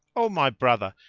o my brother,